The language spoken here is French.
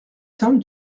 simple